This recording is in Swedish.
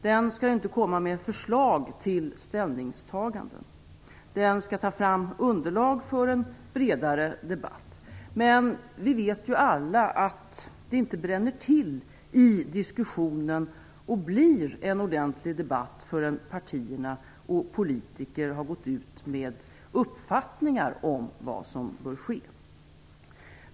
Den skall inte komma med förslag till ställningstaganden. Den skall ta fram underlag för en bredare debatt. Men vi vet alla att det inte bränner till i diskussionen och blir en ordentlig debatt förrän partierna och politiker går ut med uppfattningar om vad som bör ske.